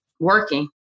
working